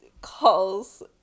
calls